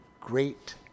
great